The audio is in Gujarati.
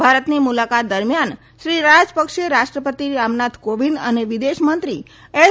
ભારતની મુલાકાત દરમિયાન શ્રી રાજપક્ષે રાષ્ટ્રપતિ રામનાથ કોવિંદ અને વિદેશ મંત્રી એસ